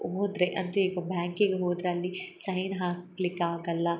ಹೋದ್ರೆ ಅಂದರೆ ಈಗ ಬ್ಯಾಂಕಿಗೆ ಹೋದರೆ ಅಲ್ಲಿ ಸೈನ್ ಹಾಕ್ಲಿಕ್ಕೆ ಆಗಲ್ಲ